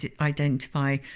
identify